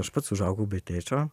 aš pats užaugau be tėčio